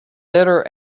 bitter